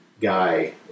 guy